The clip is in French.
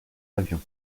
avions